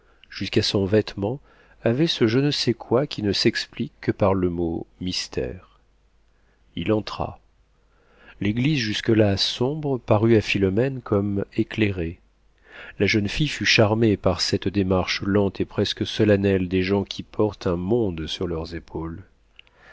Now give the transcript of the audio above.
jusqu'à son vêtement avait ce je ne sais quoi qui ne s'explique que par le mot mystère il entra l'église jusque-là sombre parut à philomène comme éclairée la jeune fille fut charmée par cette démarche lente et presque solennelle des gens qui portent un monde sur leurs épaules